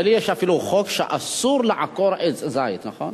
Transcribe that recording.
נדמה לי שיש אפילו חוק שאסור לעקור עץ זית, נכון?